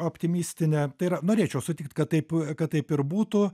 optimistine yra norėčiau sutikt kad taip kad taip ir būtų